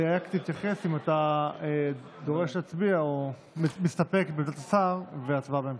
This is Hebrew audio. רק תתייחס אם אתה דורש להצביע או מסתפק בעמדת השר והצבעה בהמשך.